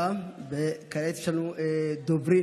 בלי הבדל.